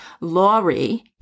Laurie